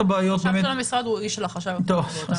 החשב של המשרד הוא איש של החשב הכללי.